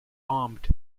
armed